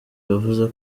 yavuze